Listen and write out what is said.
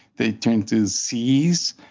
they turned to c's,